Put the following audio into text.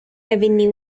avenue